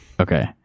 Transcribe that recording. okay